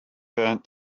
burnt